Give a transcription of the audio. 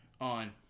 on